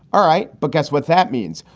all right. but guess what that means?